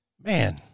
man